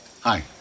Hi